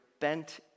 bent